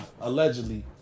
allegedly